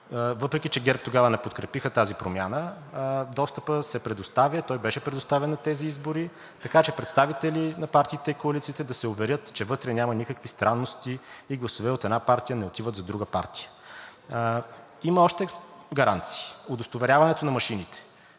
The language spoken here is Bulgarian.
въпреки че ГЕРБ тогава не подкрепиха тази промяна, достъпът се предоставя, той беше предоставен на тези избори, така че представители на партиите и коалициите да се уверят, че вътре няма никакви странности и гласове от една партия не отиват за друга партия. Има още гаранции – удостоверяването на машините,